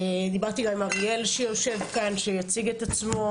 דיברתי גם עם אריאל שיושב כאן שיציג את עצמו,